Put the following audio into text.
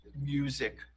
music